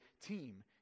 team